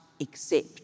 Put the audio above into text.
accept